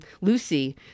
Lucy